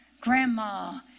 Grandma